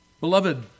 Beloved